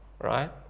Right